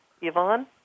Yvonne